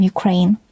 Ukraine